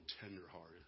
tenderhearted